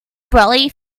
brolly